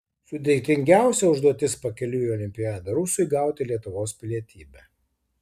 sudėtingiausia užduotis pakeliui į olimpiadą rusui gauti lietuvos pilietybę